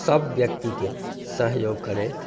सभ व्यक्तिकेँ सहयोग करथि